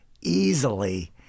easily